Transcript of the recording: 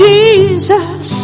Jesus